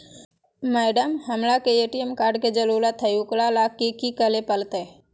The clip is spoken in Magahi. मैडम, हमरा के ए.टी.एम कार्ड के जरूरत है ऊकरा ले की की करे परते?